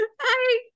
Hi